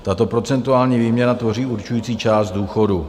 Tato procentuální výměra tvoří určující část důchodu.